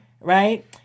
Right